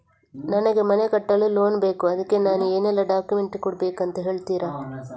ನನಗೆ ಮನೆ ಕಟ್ಟಲು ಲೋನ್ ಬೇಕು ಅದ್ಕೆ ನಾನು ಏನೆಲ್ಲ ಡಾಕ್ಯುಮೆಂಟ್ ಕೊಡ್ಬೇಕು ಅಂತ ಹೇಳ್ತೀರಾ?